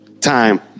time